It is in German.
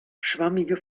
schwammige